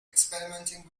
experimenting